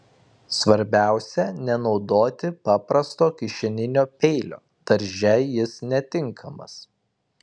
svarbiausia nenaudoti paprasto kišeninio peilio darže jis netinkamas